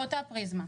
באותה פריזמה.